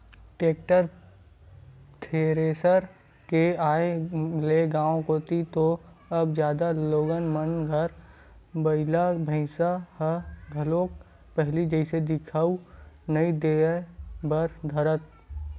tractor, thresher के आय ले गाँव कोती तो अब जादा लोगन मन घर बइला भइसा ह घलोक पहिली जइसे दिखउल नइ देय बर धरय